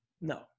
No